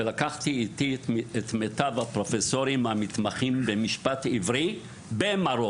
לקחתי איתי את מיטב הפרופסורים המתמחים במשפט עברי במרוקו.